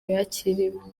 yakiriwe